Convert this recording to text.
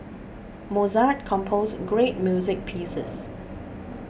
Mozart composed great music pieces